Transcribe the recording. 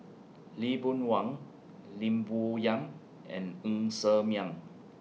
Lee Boon Wang Lim Bo Yam and Ng Ser Miang